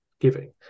giving